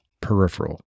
peripheral